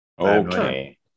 Okay